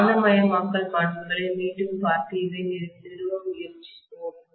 காந்தமயமாக்கல் பண்புகளை மீண்டும் பார்த்து இதை நிறுவ முயற்சிப்போம்